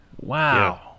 Wow